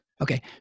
Okay